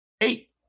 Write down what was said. Eight